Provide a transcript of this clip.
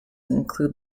include